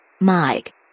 Mike